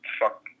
fuck